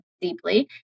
deeply